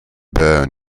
burn